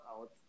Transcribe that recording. out